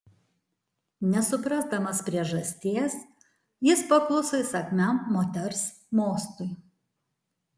nesuprasdamas priežasties jis pakluso įsakmiam moters mostui